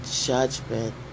judgment